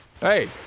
Hey